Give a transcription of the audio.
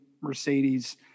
Mercedes